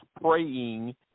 praying